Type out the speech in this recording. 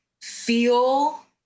feel